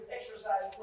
exercise